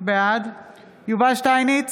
בעד יובל שטייניץ,